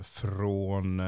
från